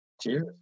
Cheers